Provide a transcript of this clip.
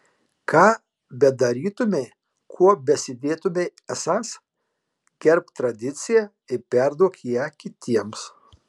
ką bedarytumei kuo besidėtumei esąs gerbk tradiciją ir perduok ją kitiems